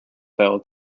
fail